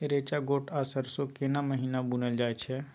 रेचा, गोट आ सरसो केना महिना बुनल जाय छै?